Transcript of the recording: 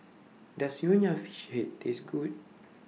Does Nonya Fish Head Taste Good